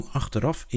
achteraf